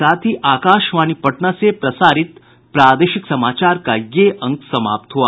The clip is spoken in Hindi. इसके साथ ही आकाशवाणी पटना से प्रसारित प्रादेशिक समाचार का ये अंक समाप्त हुआ